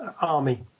army